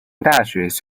大学